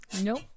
Nope